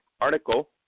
article